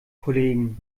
kollegen